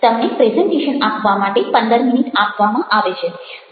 તમને પ્રેઝન્ટેશન આપવા માટે પંદર મિનિટ આપવામાં આવે છે